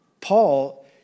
Paul